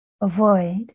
Avoid